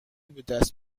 بدست